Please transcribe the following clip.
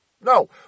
No